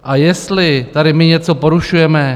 A jestli tady my něco porušujeme?